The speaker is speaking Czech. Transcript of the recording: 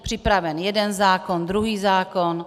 Připraven jeden zákon, druhý zákon.